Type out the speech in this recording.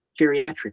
geriatric